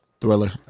Thriller